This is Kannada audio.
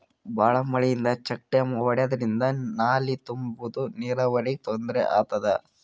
ಭಾಳ್ ಮಳಿಯಿಂದ ಚೆಕ್ ಡ್ಯಾಮ್ ಒಡ್ಯಾದ್ರಿಂದ ನಾಲಿ ತುಂಬಾದು ನೀರಾವರಿಗ್ ತೊಂದ್ರೆ ಆತದ